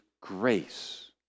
grace